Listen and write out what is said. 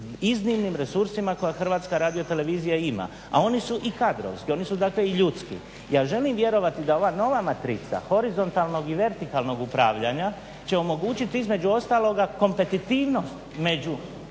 iznimnim resursima koje HTR-a ima, a oni su i kadrovski, oni su dakle i ljudski. Ja želim vjerovati da ona nova matrica horizontalnog i vertikalnog upravljanja će omogućiti između ostaloga kompetitivnost među